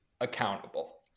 accountable